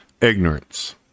Ignorance